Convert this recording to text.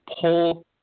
pull